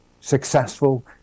successful